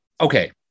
okay